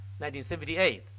1978